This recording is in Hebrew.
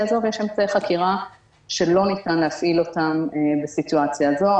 הזו ויש אמצעי חקירה שלא ניתן להפעיל אותם בסיטואציה הזו.